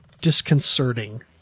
disconcerting